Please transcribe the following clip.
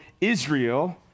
Israel